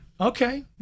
okay